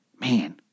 man